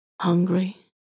Hungry